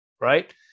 right